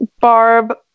Barb